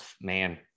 man